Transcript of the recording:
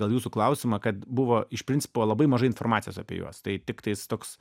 gal jūsų klausimą kad buvo iš principo labai mažai informacijos apie juos tai tiktais toks